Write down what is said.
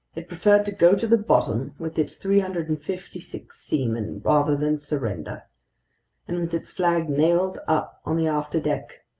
it preferred to go to the bottom with its three hundred and fifty six seamen rather than surrender and with its flag nailed up on the afterdeck,